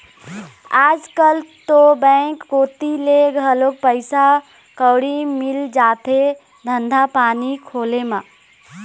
आजकल तो बेंक कोती ले घलोक पइसा कउड़ी मिल जाथे धंधा पानी खोले म